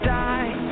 die